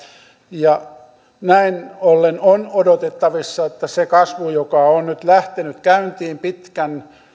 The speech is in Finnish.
ja näin ollen on odotettavissa että se kasvu joka on nyt lähtenyt käyntiin pitkän